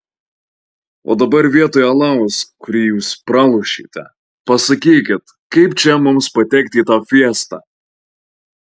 o dabar vietoj alaus kurį jūs pralošėte pasakykit kaip čia mums patekti į tą fiestą